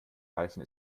reifen